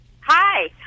hi